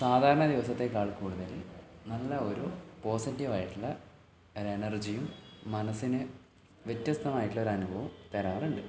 സാധാരണ ദിവസത്തേക്കാൾ കൂടുതൽ നല്ല ഒരു പോസിറ്റീവ് ആയിട്ടുള്ള ഒരെനർജിയും മനസ്സിനു വ്യത്യസ്തമായിട്ടുള്ള ഒരനുഭവം തരാറുണ്ട്